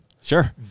Sure